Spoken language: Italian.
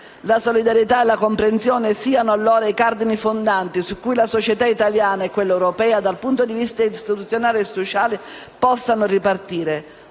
La solidarietà e la comprensione siano allora i cardini fondanti su cui la società italiana e quella europea, dal punto di vista istituzionale e sociale, possano ripartire.